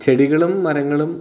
ചെടികളും മരങ്ങളും